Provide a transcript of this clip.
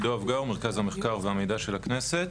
אני עידו אבגר ממרכז המחקר והמידע של הכנסת.